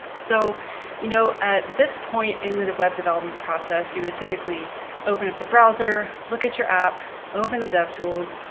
so you know at this point in the the web development process, you will typically open up the browser, look at your app, open the devtools,